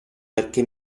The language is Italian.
perché